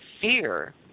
fear